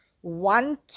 one